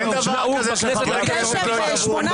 אין דבר כזה שחברי כנסת לא ידברו פה.